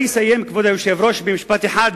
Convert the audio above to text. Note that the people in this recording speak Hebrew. כבוד היושב-ראש, אני אסיים במשפט אחד,